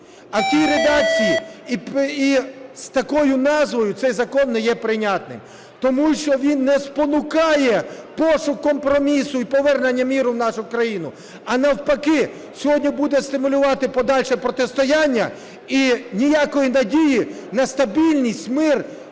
А в цій редакції і з такою назвою, цей закон не є прийнятним. Тому що він не спонукає пошук компромісу і повернення миру в нашу країну, а навпаки, сьогодні буде стимулювати подальше протистояння. І ніякої надії на стабільність, мир